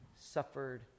suffered